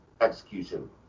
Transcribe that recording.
execution